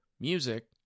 Music